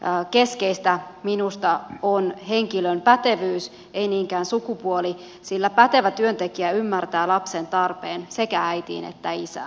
valintaprosessissa keskeistä minusta on henkilön pätevyys ei niinkään sukupuoli sillä pätevä työntekijä ymmärtää lapsen tarpeen sekä äitiin että isään